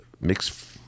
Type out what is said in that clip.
mixed